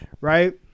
right